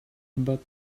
but